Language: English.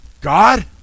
god